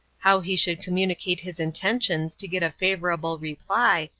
how he should communicate his intentions to get a favorable reply,